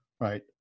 right